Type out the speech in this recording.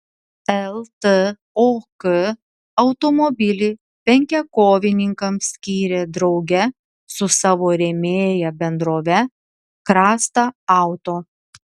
ltok automobilį penkiakovininkams skyrė drauge su savo rėmėja bendrove krasta auto